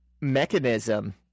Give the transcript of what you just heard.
mechanism